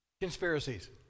Conspiracies